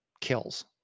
kills